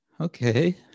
Okay